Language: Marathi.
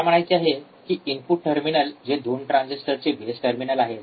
मला म्हणायचे आहे की इनपुट टर्मिनल जे २ ट्रांजिस्टरचे बेस टर्मिनल आहेत